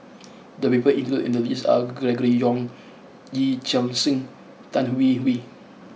the people included in the list are Gregory Yong Yee Chia Hsing and Tan Hwee Hwee